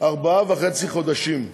ארבעה וחצי חודשים.